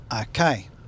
Okay